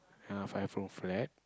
uh five room flat